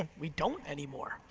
ah we don't anymore.